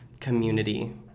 community